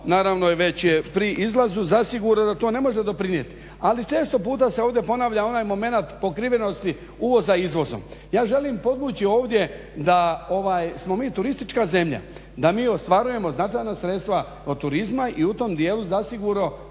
naravno već je pri izlazu zasigurno da to ne može doprinijeti. Ali često puta se ovdje ponavlja onaj moment pokrivenosti uvoza izvozom. Ja želim podvući ovdje da smo mi turistička zemlja, da mi ostvarujemo značajna sredstva od turizma i u tom dijelu zasigurno